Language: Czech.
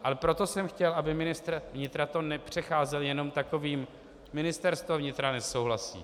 Ale proto jsem chtěl, aby to ministr vnitra nepřecházel jenom takovým Ministerstvo vnitra nesouhlasí.